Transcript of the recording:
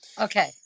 Okay